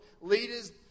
leaders